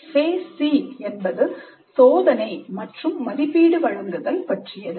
Phase C என்பது சோதனை மற்றும் மதிப்பீடு வழங்குதல் பற்றியது